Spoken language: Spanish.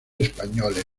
españoles